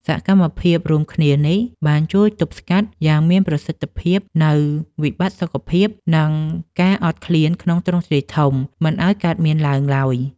សកម្មភាពរួមគ្នានេះ បានជួយទប់ស្កាត់យ៉ាងមានប្រសិទ្ធភាពនូវវិបត្តិសុខភាព និងការអត់ឃ្លានក្នុងទ្រង់ទ្រាយធំ មិនឱ្យកើតមានឡើងឡើយ។